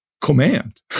command